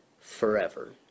forever